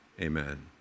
Amen